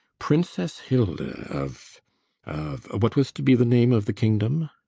princess hilda of of what was to be the name of the kingdom?